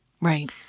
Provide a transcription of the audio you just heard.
Right